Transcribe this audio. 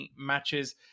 matches